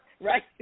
right